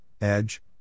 Edge